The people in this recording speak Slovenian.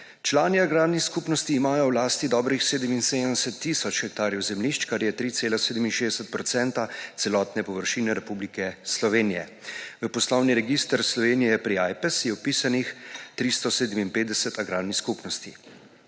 Člani agrarnih skupnosti imajo v lasti dobrih 77 tisoč hektarjev zemljišč, kar je 3,67 % celotne površine Republike Slovenije. V poslovni register Slovenije je pri Ajpesu je vpisanih 357 agrarnih skupnosti.